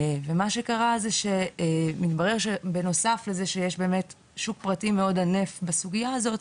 ומה שקרה זה שמתברר שבנוסף לזה שיש באמת שוק פרטי מאוד ענף בסוגיה הזאת,